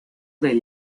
del